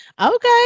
Okay